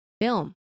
film